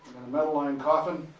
metal lined coffin,